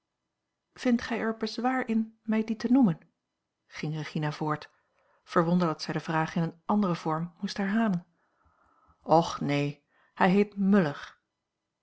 vindt gij er bezwaar in mij dien te noemen ging regina voort verwonderd dat zij de vraag in een anderen vorm moest herhalen och neen hij heet